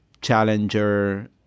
challenger